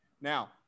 Now